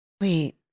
Wait